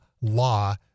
Law